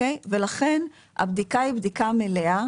לכן הבדיקה היא בדיקה מלאה